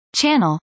Channel